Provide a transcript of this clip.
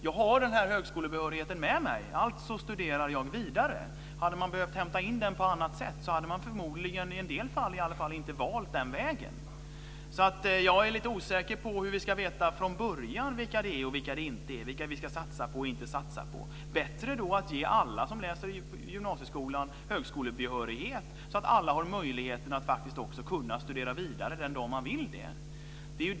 Jag har den här högskolebehörigheten med mig; alltså studerar jag vidare. Hade man behövt hämta in den på annat sätt hade man förmodligen, åtminstone i en del fall, inte valt den vägen. Jag är alltså lite osäker på hur vi från början ska veta vilka det är vi ska satsa på och inte. Då är det bättre att ge alla som läser på gymnasieskolan högskolebehörighet så att alla har möjlighet att studera vidare den dag man vill det.